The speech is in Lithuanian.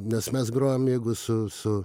nes mes grojam jeigu su su